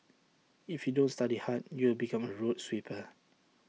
if you don't study hard you will become A road sweeper